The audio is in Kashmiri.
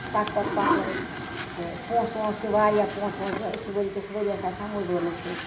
پَتہٕ پَتہٕ پَکُن تہٕ پونسہٕ وونسہٕ تہِ واریاہ پونسہٕ وونسہٕ دِون أسۍ چھِ ؤری کِس ؤریَس آسان موزوٗر نٕے سۭتۍ